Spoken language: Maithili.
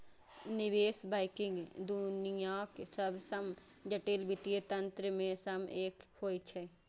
निवेश बैंकिंग दुनियाक सबसं जटिल वित्तीय तंत्र मे सं एक होइ छै